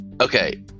Okay